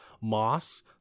Moss